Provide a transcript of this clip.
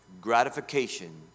gratification